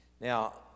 Now